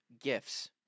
Gifts